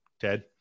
Ted